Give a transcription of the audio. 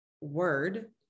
word